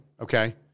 okay